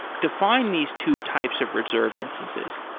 define these two types of reserved instances.